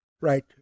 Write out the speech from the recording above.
right